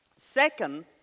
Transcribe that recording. second